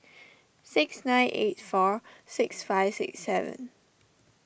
six nine eight four six five six seven